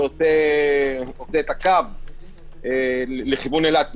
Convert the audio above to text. שעושה את הקו לכיוון אילת,